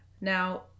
now